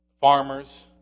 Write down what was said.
farmers